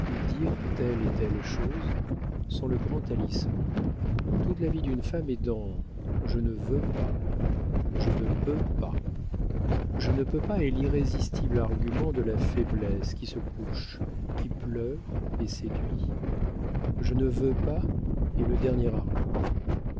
telle et telle chose sont le grand talisman toute la vie d'une femme est dans je ne veux pas je ne peux pas je ne peux pas est l'irrésistible argument de la faiblesse qui se couche qui pleure et séduit je ne veux pas est le dernier argument